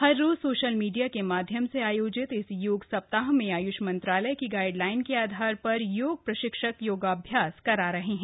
हर रोज social media के माध्यम से आयोजित इस योग सप्ताह में आय्ष मंत्रालय की गाइडलाइन के आधार पर योग प्रशिक्षक योगाभ्यास करा रहे हैं